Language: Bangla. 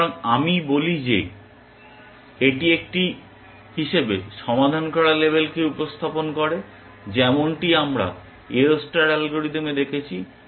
সুতরাং আমি বলি যে এটি একটি হিসাবে সমাধান করা লেবেলকে উপস্থাপন করে যেমনটি আমরা AO ষ্টার অ্যালগরিদমে করেছি